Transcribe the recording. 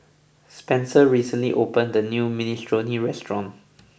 Spencer recently opened the new Minestrone restaurant